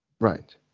Right